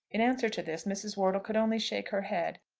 in answer to this mrs. wortle could only shake her head,